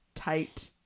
tight